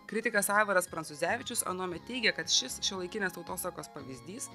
kritikas aivaras prancūzevičius anuomet teigė kad šis šiuolaikinės tautosakos pavyzdys